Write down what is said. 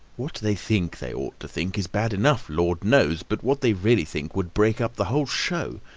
what they think they ought to think is bad enough, lord knows but what they really think would break up the whole show.